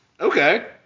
Okay